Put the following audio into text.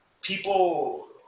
people